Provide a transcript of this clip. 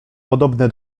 podobne